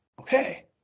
okay